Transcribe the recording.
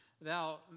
thou